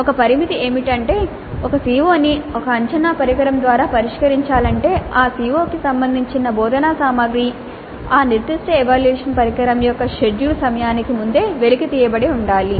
ఒక పరిమితి ఏమిటంటే ఒక CO ని ఒక అంచనా పరికరం ద్వారా పరిష్కరించాలంటే ఆ CO కి సంబంధించిన బోధనా సామగ్రి ఆ నిర్దిష్ట ఎవాల్యూయేషన్ పరికరం యొక్క షెడ్యూల్ సమయానికి ముందే వెలికి తీయబడి ఉండాలి